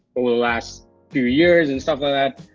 over the last few years, and stuff like that,